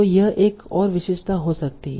तो यह एक और विशेषता हो सकती है